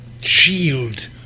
shield